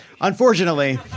Unfortunately